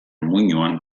muinoan